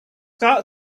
got